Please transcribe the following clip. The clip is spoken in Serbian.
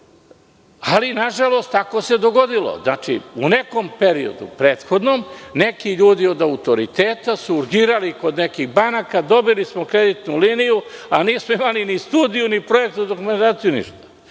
Ali, nažalost, tako se dogodilo. U nekom prethodnom periodu neki ljudi od autoriteta su urgirali kod nekih banaka, dobili smo kreditnu liniju, a nismo imali ni studiju, ni projektnu dokumentaciju, ništa.